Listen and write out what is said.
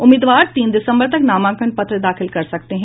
उम्मीदवार तीन दिसम्बर तक नामांकन पत्र दाखिल कर सकते हैं